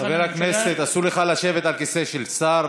חבר הכנסת, אסור לך לשבת על כיסא של שר.